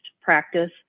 practice